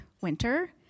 winter